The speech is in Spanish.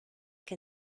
que